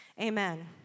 amen